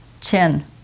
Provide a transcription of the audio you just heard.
Chin